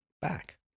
back